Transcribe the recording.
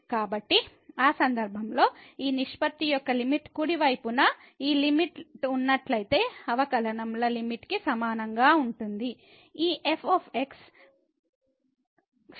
కాబట్టి ఆ సందర్భంలో ఈ నిష్పత్తి యొక్క లిమిట్ కుడి వైపున ఈ లిమిట్ లిమిట్ ఉన్నట్లయితే అవకలనం ల లిమిట్ కి సమానంగా ఉంటుంది